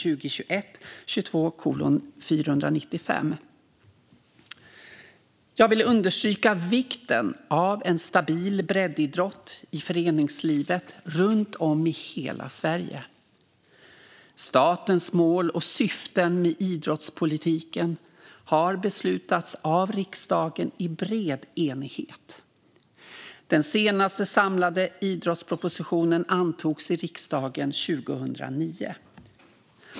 Jag vill understryka vikten av en stabil breddidrott i föreningslivet runt om i hela Sverige. Statens mål och syften med idrottspolitiken har beslutats av riksdagen i bred enighet. Den senaste samlade idrottspropositionen antogs i riksdagen 2009.